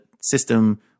system